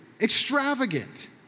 extravagant